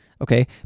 okay